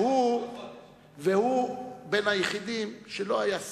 והוא בין היחידים שלא היה שר,